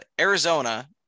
Arizona